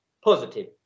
positive